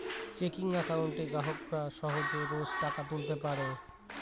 checking একাউন্টে গ্রাহকরা সহজে রোজ টাকা তুলতে পারে